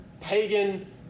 pagan